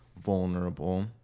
vulnerable